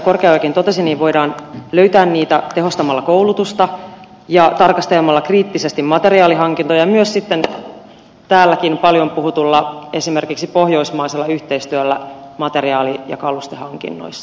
korkeaojakin totesi voidaan löytää niitä tehostamalla koulutusta ja tarkastelemalla kriittisesti materiaalihankintoja myös täälläkin paljon puhutulla esimerkiksi pohjoismaisella yhteistyöllä materiaali ja kalustehankinnoissa